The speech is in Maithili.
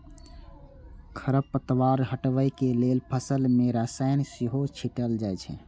खरपतवार हटबै लेल फसल मे रसायन सेहो छीटल जाए छै